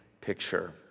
picture